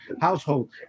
household